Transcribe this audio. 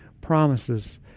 promises